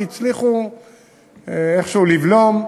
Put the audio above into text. והצליחו איכשהו לבלום.